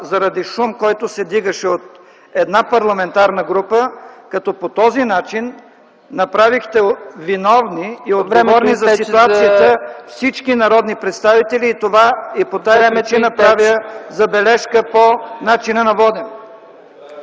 заради шум, който се вдигаше от една парламентарна група, като по този начин направихте виновни и отговорни за ситуацията всички народни представители и по тази причина правя забележка по начина на водене.